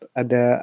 ada